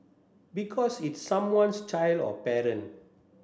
because it's someone's child or parent